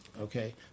okay